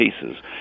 cases